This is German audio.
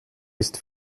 ist